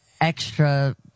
extra